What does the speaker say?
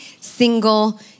single